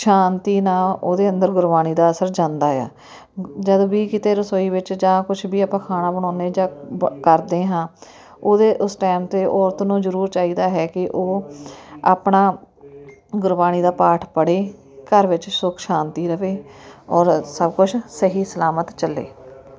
ਸ਼ਾਂਤੀ ਨਾਲ ਉਹਦੇ ਅੰਦਰ ਗੁਰਬਾਣੀ ਦਾ ਅਸਰ ਜਾਂਦਾ ਏ ਆ ਜਦ ਵੀ ਕਿਤੇ ਰਸੋਈ ਵਿੱਚ ਜਾਂ ਕੁਛ ਵੀ ਆਪਾਂ ਖਾਣਾ ਬਣਾਉਂਦੇ ਜਾਂ ਬ ਕਰਦੇ ਹਾਂ ਉਹਦੇ ਉਸ ਟਾਈਮ 'ਤੇ ਔਰਤ ਨੂੰ ਜ਼ਰੂਰ ਚਾਹੀਦਾ ਹੈ ਕਿ ਉਹ ਆਪਣਾ ਗੁਰਬਾਣੀ ਦਾ ਪਾਠ ਪੜ੍ਹੇ ਘਰ ਵਿੱਚ ਸੁੱਖ ਸ਼ਾਂਤੀ ਰਵੇ ਔਰ ਸਭ ਕੁਛ ਸਹੀ ਸਲਾਮਤ ਚੱਲੇ